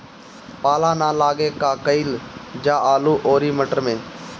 पाला न लागे का कयिल जा आलू औरी मटर मैं?